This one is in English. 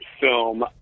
film